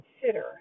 consider